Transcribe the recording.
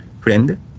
friend